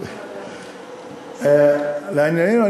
לענייננו,